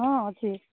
ହଁ ଅଛି